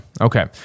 Okay